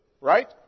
Right